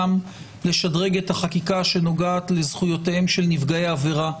לשדרג את החקיקה הנוגעת לזכויותיהם של נפגעי עבירה.